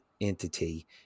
entity